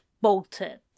bolted